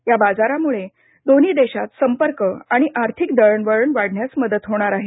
या बाजारामुळे दोन्ही देशांत संपर्क आणि आर्थिक दळणवळण वाढण्यास मदत होणार आहे